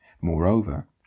Moreover